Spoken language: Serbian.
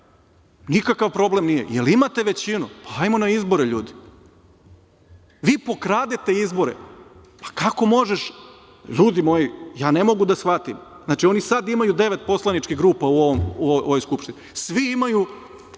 nikakva problem nije. Jel imate većinu? Pa, ajmo na izbore, ljudi. Vi pokradete izbore, pa kako možeš, ljudi moji, ja ne mogu da shvatim, znači, oni sada imaju devet poslaničkih grupa u ovoj Skupštini, svi imaju